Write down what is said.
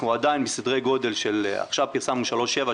אנחנו עדיין בסדרי גודל עכשיו פרסמנו 3.7%,